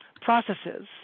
processes